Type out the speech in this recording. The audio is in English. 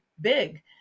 BIG